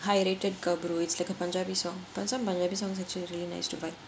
pirated gabru it's like a punjabi song got some punjabi song actually really nice